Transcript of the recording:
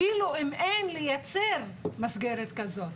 אפילו אם אין, לייצר מסגרת כזאת.